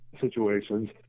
situations